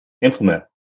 implement